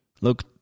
Look